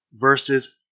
versus